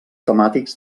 temàtics